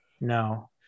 no